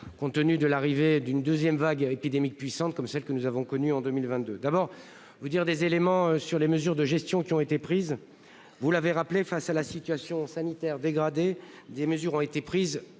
Compte tenu de l'arrivée d'une deuxième vague épidémique puissantes comme celle que nous avons connu en 2022, d'abord vous dire des éléments sur les mesures de gestion qui ont été prises. Vous l'avez rappelé, face à la situation sanitaire dégradée. Des mesures ont été prises,